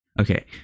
Okay